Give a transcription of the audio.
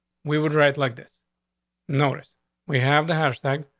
we would write like this notice we have the hash tag.